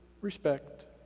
respect